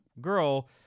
girl